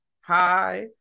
hi